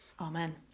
Amen